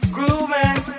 Grooving